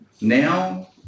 Now